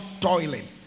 toiling